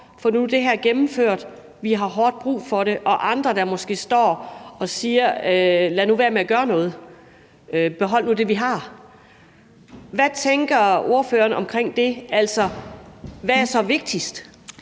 Få nu det her gennemført, vi har hårdt brug for det – og andre, der måske står og siger: Lad nu være med at gøre noget, behold nu det, vi har. Hvad tænker ordføreren om det? Hvad er så vigtigst?